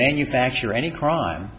manufacture any crime